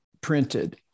printed